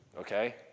Okay